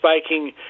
spiking